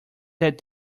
that